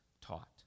taught